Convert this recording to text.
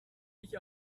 ich